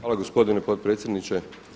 Hvala gospodine potpredsjedniče.